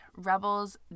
Rebels